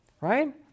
right